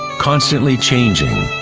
constantly changing.